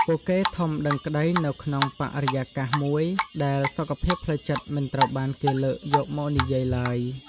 ពួកគេធំដឹងក្តីនៅក្នុងបរិយាកាសមួយដែលសុខភាពផ្លូវចិត្តមិនត្រូវបានគេលើកមកនិយាយឡើយ។